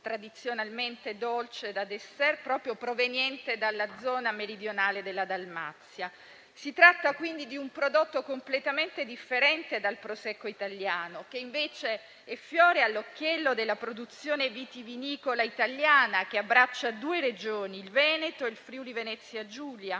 tradizionalmente dolce, da *dessert*, proveniente dalla zona meridionale della Dalmazia. Si tratta, quindi, di un prodotto completamente differente dal Prosecco italiano che, invece, è fiore all'occhiello della produzione vitivinicola italiana, che abbraccia due Regioni, il Veneto e il Friuli-Venezia Giulia,